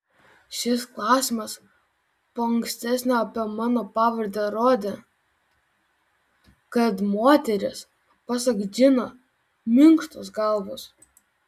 šis klausimas po ankstesnio apie mano pavardę rodė kad moteris pasak džino minkštos galvos